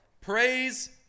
Praise